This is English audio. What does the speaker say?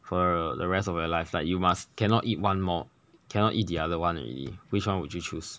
for the the rest of your life like you must cannot eat one more cannot eat the other one already which one would you choose